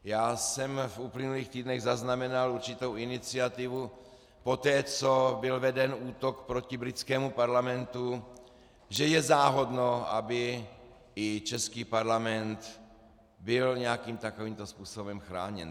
Já jsem v uplynulých týdnech zaznamenal určitou iniciativu poté, co byl veden útok proti britskému parlamentu, že je záhodno, aby i český parlament byl nějakým takovýmto způsobem chráněn.